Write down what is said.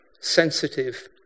sensitive